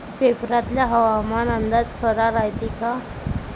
पेपरातला हवामान अंदाज खरा रायते का?